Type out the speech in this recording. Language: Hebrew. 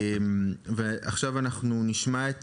אנחנו נשמע את